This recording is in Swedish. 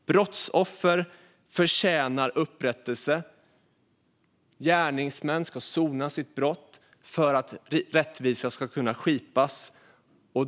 Brottsoffer förtjänar upprättelse. Gärningsmän ska sona sina brott för att rättvisa ska kunna skipas.